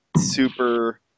super